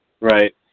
Right